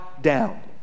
down